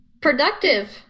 Productive